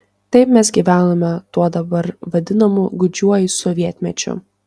taip mes gyvenome tuo dabar vadinamu gūdžiuoju sovietmečiu